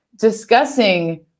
discussing